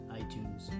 iTunes